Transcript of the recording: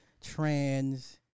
Trans